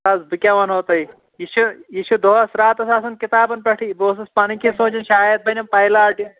آز بہٕ کیٛاہ وَنہو تۄہہِ یہِ چھُ یہِ چھُ دۄہَس راتَس آسان کِتابَن پٮ۪ٹھٕے بہٕ اوسُس پَنٕنۍ کِنۍ سونٛچان شاید بَنٮ۪م پَیلاٹ یہِ